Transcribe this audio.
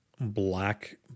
black